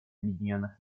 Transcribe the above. объединенных